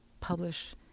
publish